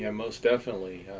yeah most definitely.